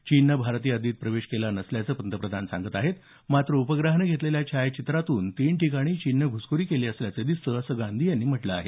चीननं भारतीय हद्दीत प्रवेश केला नसल्याचं पंतप्रधान सांगत आहेत मात्र उपग्रहानं घेतलेल्या छायाचित्रातून तीन ठिकाणी चीननं घुसखोरी केली असल्याचं दिसतं असं गांधी यांनी म्हटलं आहे